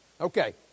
Okay